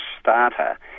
starter